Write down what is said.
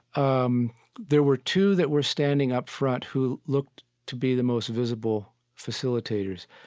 um there were two that were standing up front who looked to be the most visible facilitators.